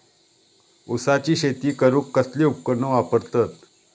ऊसाची शेती करूक कसली उपकरणा वापरतत?